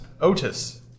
Otis